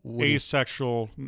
asexual